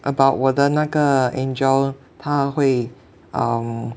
about 我的那个 angel 它会 um